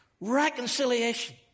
reconciliation